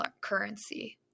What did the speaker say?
currency